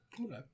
Okay